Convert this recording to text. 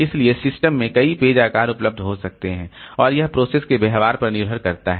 इसलिए सिस्टम में कई पेज आकार उपलब्ध हो सकते हैं और यह प्रोसेस के व्यवहार पर निर्भर करता है